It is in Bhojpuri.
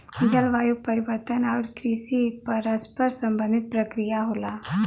जलवायु परिवर्तन आउर कृषि परस्पर संबंधित प्रक्रिया होला